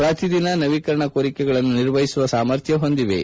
ಪ್ರತಿದಿನ ನವೀಕರಣ ಕೋರಿಕೆಗಳನ್ನು ನಿರ್ವಹಿಸುವ ಸಾಮರ್ಥ್ಲ ಹೊಂದಿವೆ